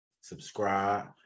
Subscribe